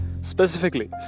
Specifically